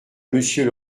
monsieur